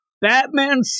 Batman